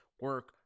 Work